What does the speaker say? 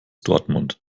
dortmund